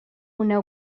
una